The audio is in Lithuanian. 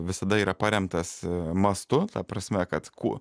visada yra paremtas mastu ta prasme kad kuo